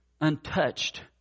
untouched